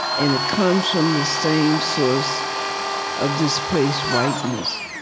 and it comes from the same source of displaced whiteness.